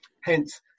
Hence